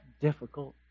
difficult